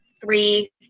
Three